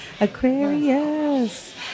Aquarius